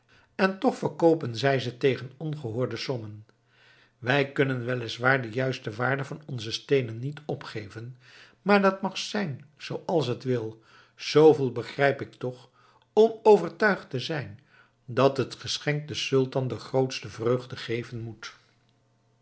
en toch verkoopen zij ze tegen ongehoorde sommen wij kunnen wel is waar de juiste waarde van onze steenen niet opgeven maar dat mag zijn zooals het wil zooveel begrijp ik toch om overtuigd te zijn dat het geschenk den sultan de grootste vreugde geven moet